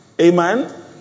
Amen